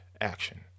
action